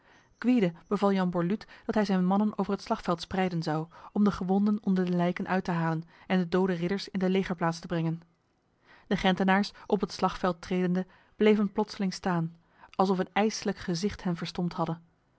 gwyde beval jan borluut dat hij zijn mannen over het slagveld spreiden zou om de gewonden onder de lijken uit te halen en de dode ridders in de legerplaats te brengen de gentenaars op het slagveld tredende bleven plotseling staan alsof een ijslijk gezicht hen verstomd hadde